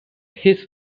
his